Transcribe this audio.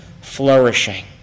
flourishing